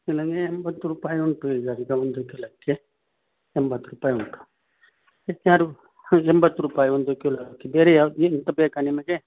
ಇಲ್ಲನೇ ಎಂಬತ್ತು ರೂಪಾಯಿ ಉಂಟು ಈಗ ಒಂದು ಕಿಲೋಕ್ಕೆ ಎಂಬತ್ತು ರೂಪಾಯಿ ಉಂಟು ಹೆಚ್ಚಾರು ಒಂದು ಎಂಬತ್ತು ರೂಪಾಯಿ ಒಂದು ಕಿಲೋ ಬೇರೆ ಯಾವ್ದು ಏನು ಎಂತ ಬೇಕಾ ನಿಮಗೆ